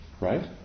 right